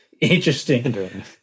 Interesting